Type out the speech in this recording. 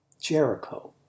Jericho